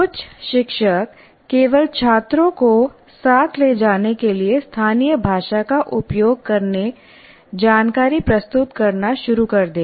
कुछ शिक्षक केवल छात्रों को साथ ले जाने के लिए स्थानीय भाषा का उपयोग करके जानकारी प्रस्तुत करना शुरू कर देंगे